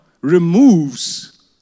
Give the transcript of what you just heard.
removes